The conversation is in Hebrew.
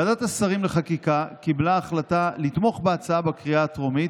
ועדת השרים לחקיקה קיבלה החלטה לתמוך בהצעה בקריאה הטרומית,